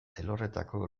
elkorretako